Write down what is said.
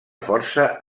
força